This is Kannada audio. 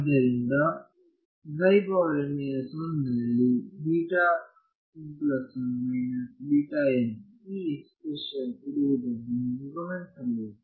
ಆದ್ದರಿಂದ ನಲ್ಲಿ ಈ ಎಕ್ಸ್ಪ್ರೆಶನ್ ಇರುವುದನ್ನು ನೀವು ಗಮನಿಸಬಹುದು